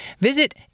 Visit